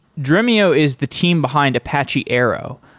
dremio is the team behind apache arrow,